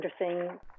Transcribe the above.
interesting